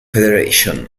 federation